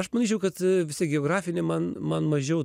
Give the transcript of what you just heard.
aš manyčiau kad vis tiek geografinį man man mažiau